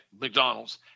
McDonald's